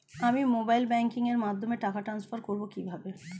আমি mobile banking এর মাধ্যমে টাকা টান্সফার করব কিভাবে?